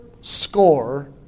score